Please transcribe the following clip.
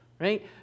right